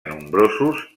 nombrosos